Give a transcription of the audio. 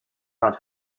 not